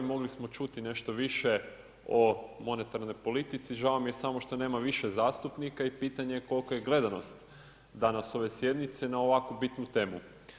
Mogli smo čuti nešto više o monetarnoj politici, žao mi je samo što nema više zastupnika i pitanje kolika je gledanost danas ove sjednice na ovako bitnu temu.